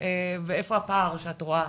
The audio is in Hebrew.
ואיפה הפער שאת רואה,